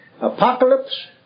Apocalypse